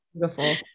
Beautiful